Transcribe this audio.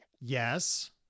Yes